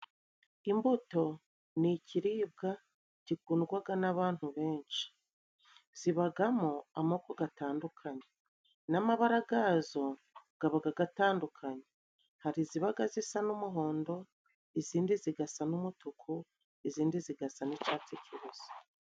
Imbuto ni ikiribwa gikundwaga n'abantu benshi. Zibagamo amoko gatandukanye n'amabararaga gazo gabaga gatandukanye. Hari izibaga zisa n'umuhondo, izindi zigasa n'umutuku, izindi zigasa n'icatsi kibisi.